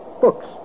Book's